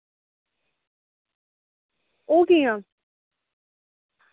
ओह् कियां